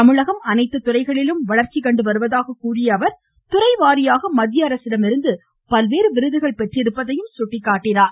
தமிழகம் அனைத்து துறைகளிலும் வளர்ச்சி அடைந்து வருவதாக கூறிய அவர் துறை வாரியாக மத்திய அரசிடமிருந்து விருதுகள் பெற்றிருப்பதையும் சுட்டிக்காட்டினார்